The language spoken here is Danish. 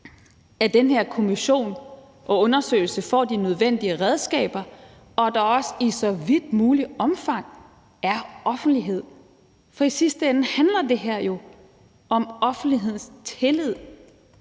at den her kommission får de nødvendige redskaber til den her undersøgelse, og at der også i så vidt muligt omfang er åbenhed. For i sidste ende handler det her jo om offentlighedens tillid